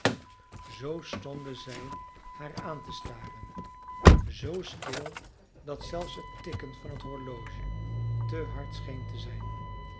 zoo stonden zij haar aan te staren zoo stil dat zelfs het tikken van het horloge te hard scheen te zijn